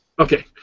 Okay